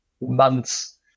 months